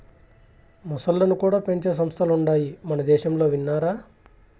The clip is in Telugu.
మొసల్లను కూడా పెంచే సంస్థలుండాయి మనదేశంలో విన్నారా